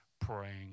praying